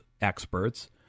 experts